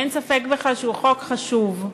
אין ספק בכלל שהוא חוק חשוב.